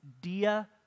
Dia